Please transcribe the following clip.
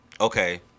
okay